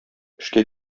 эшкә